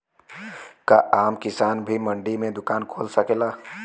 का आम किसान भी मंडी में दुकान खोल सकेला?